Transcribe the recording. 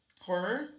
horror